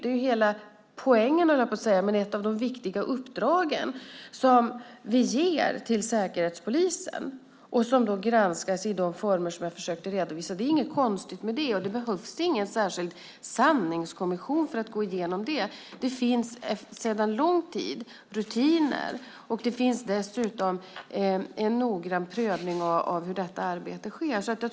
Det är - hela poängen, höll jag på att säga - ett av de viktiga uppdrag som vi ger till Säkerhetspolisen och som granskas i de former som jag redovisade. Det är inget konstigt med det, och det behövs ingen särskild sanningskommission för att gå igenom det. Det finns sedan lång tid rutiner. Det görs dessutom en noggrann prövning av hur detta arbete sker.